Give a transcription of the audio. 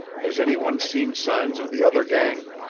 has any one seen signs of the other gang?